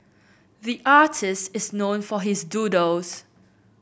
the artist is known for his doodles